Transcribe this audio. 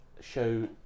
show